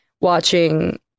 watching